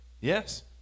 yes